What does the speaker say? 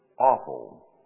awful